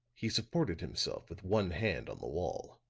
he supported himself with one hand on the wall.